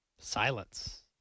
Silence